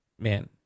Man